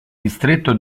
distretto